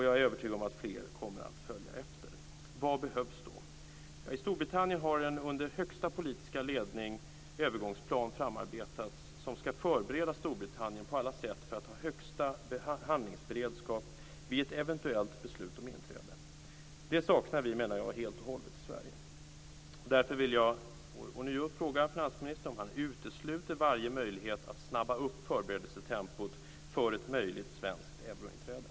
Jag är övertygad om att fler kommer att följa efter. Vad behövs då? I Storbritannien har under högsta politiska ledning en övergångsplan framarbetats som skall förbereda Storbritannien på alla sätt för att ha högsta behandlingsberedskap vid ett eventuellt beslut om inträde. Det saknar vi helt och hållet i Sverige. Därför vill jag ånyo fråga finansministern om han utesluter varje möjlighet att snabba upp förberedelsetempot för ett möjligt svenskt eurointräde.